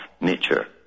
nature